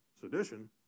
Sedition